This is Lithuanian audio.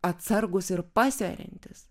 atsargūs ir pasveriantys